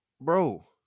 bro